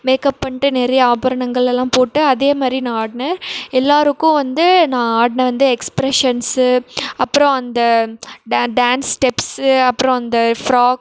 makeup பண்ணிட்டு நிறைய ஆபரணங்கள் எல்லாம் போட்டு அதேமாதிரி நான் ஆடினேன் எல்லோருக்கும் வந்து நான் ஆடின வந்து எக்ஸ்ப்ரெஷன்ஸு அப்பறம் அந்த டே டேன்ஸ் ஸ்டெப்ஸு அப்பறம் அந்த ஃபிராக்